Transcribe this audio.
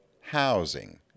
housing